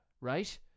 Right